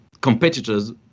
competitors